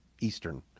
Eastern